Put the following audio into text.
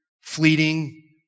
fleeting